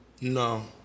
No